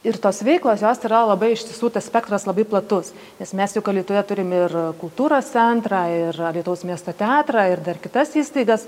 ir tos veiklos jos yra labai iš tiesų tas spektras labai platus nes mes juk alytuje turim ir kultūros centrą ir alytaus miesto teatrą ir dar kitas įstaigas